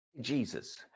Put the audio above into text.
Jesus